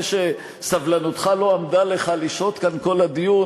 זה שסבלנותך לא עמדה לך לשהות כאן כל הדיון,